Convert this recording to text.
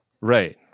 Right